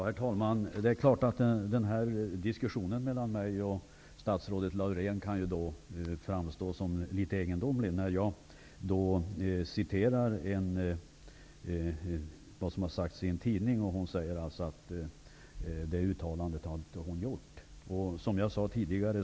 Herr talman! Det är klart att diskussionen mellan mig och statsrådet Laurén kan framstå som litet egendomlig. Jag citerade ett uttalande av statsrådet i en tidning, men hon säger att hon inte har gjort detta uttalande.